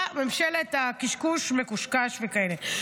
בממשלת הקשקוש-מקושקש וכאלה.